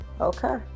okay